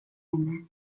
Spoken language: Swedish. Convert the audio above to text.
längre